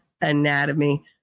anatomy